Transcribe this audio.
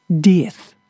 Death